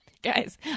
Guys